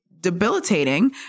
debilitating